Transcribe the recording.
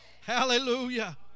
Hallelujah